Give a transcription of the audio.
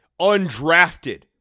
undrafted